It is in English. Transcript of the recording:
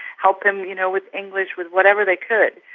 helping you know with english, with whatever they could.